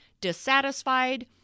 dissatisfied